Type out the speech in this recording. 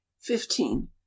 fifteen